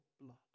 blood